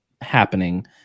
happening